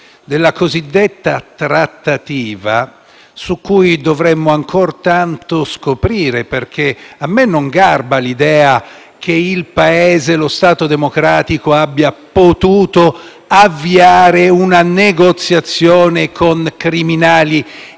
della cosiddetta trattativa, su cui dovremo ancora scoprire tanto. A me non garba l'idea che il Paese e lo Stato democratico abbia potuto avviare una negoziazione con criminali